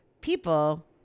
people